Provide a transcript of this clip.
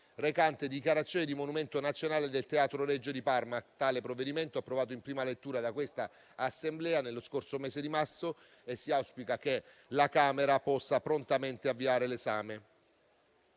recante dichiarazione di monumento nazionale del Teatro Regio di Parma. Tale provvedimento è stato approvato in prima lettura da questa Assemblea nello scorso mese di marzo e si auspica che la Camera possa prontamente avviarne l'esame.